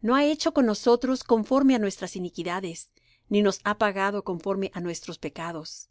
no ha hecho con nosotros conforme á nuestras iniquidades ni nos ha pagado conforme á nuestros pecados